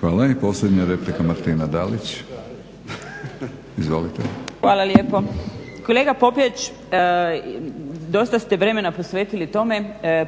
Hvala. I posljednja replika Martina Dalić. Izvolite. **Dalić, Martina (HDZ)** Hvala lijepo. Kolega Popijač dosta ste vremena posvetili tome